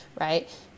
right